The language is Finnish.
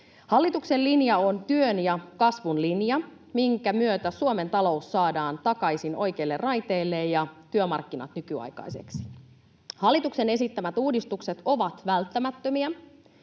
Hallituksen linja on työn ja kasvun linja, minkä myötä Suomen talous saadaan takaisin oikeille raiteille ja työmarkkinat nykyaikaisiksi. Hallituksen esittämät uudistukset ovat välttämättömiä,